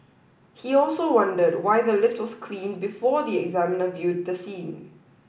he also wondered why the lift was cleaned before the examiner viewed the scene